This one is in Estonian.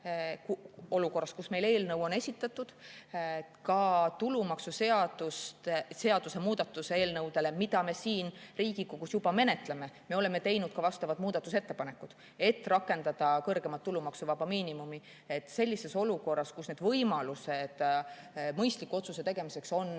olukorras, kus meil eelnõu on esitatud – tulumaksuseaduse muutmise eelnõudele, mida me Riigikogus juba menetleme. Me oleme teinud ka vastavad muudatusettepanekud, et rakendada kõrgemat tulumaksuvaba miinimumi. Sellises olukorras, kus need võimalused mõistliku otsuse tegemiseks on